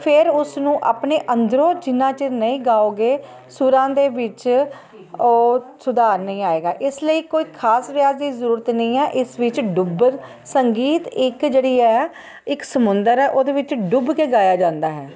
ਫਿਰ ਉਸਨੂੰ ਆਪਣੇ ਅੰਦਰੋਂ ਜਿੰਨਾ ਚਿਰ ਨਹੀਂ ਗਾਓਗੇ ਸੁਰਾਂ ਦੇ ਵਿੱਚ ਉਹ ਸੁਧਾਰ ਨਹੀਂ ਆਵੇਗਾ ਇਸ ਲਈ ਕੋਈ ਖ਼ਾਸ ਰਿਆਜ਼ ਦੀ ਜ਼ਰੂਰਤ ਨਹੀਂ ਹੈ ਇਸ ਵਿੱਚ ਡੁੱਬਣ ਸੰਗੀਤ ਇੱਕ ਜਿਹੜੀ ਹੈ ਇੱਕ ਸਮੁੰਦਰ ਹੈ ਉਹਦੇ ਵਿੱਚ ਡੁੱਬ ਕੇ ਗਾਇਆ ਜਾਂਦਾ ਹੈ